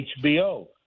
HBO